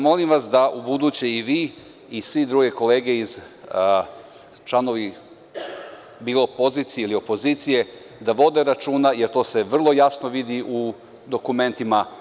Molim vas da ubuduće i vi i sve druge kolege, bilo pozicije ili opozicije, vode računa, jer to se vrlo jasno vidi u dokumentima.